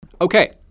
Okay